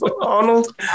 Arnold